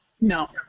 No